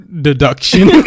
Deduction